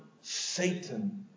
Satan